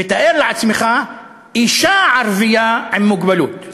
ותאר לעצמך אישה ערבייה עם מוגבלות.